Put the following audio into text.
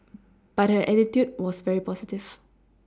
but her attitude was very positive